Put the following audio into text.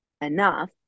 enough